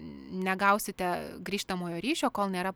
negausite grįžtamojo ryšio kol nėra